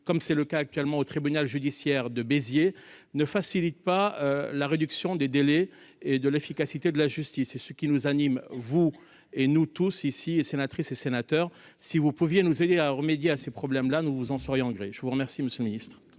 comme c'est le cas actuellement au tribunal judiciaire de Béziers ne facilitent pas la réduction des délais et de l'efficacité de la justice et ce qui nous anime, vous et nous tous ici et sénatrices et sénateurs si vous pouviez nous aider à remédier à ces problèmes-là, nous vous en serions engrais je vous remercie, monsieur le ministre.